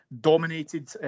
dominated